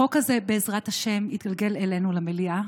החוק הזה, בעזרת השם, יתגלגל אלינו למליאה,